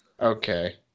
Okay